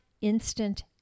instant